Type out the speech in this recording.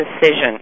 decision